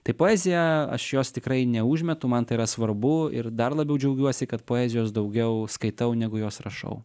tai poezija aš jos tikrai neužmetu man tai yra svarbu ir dar labiau džiaugiuosi kad poezijos daugiau skaitau negu jos rašau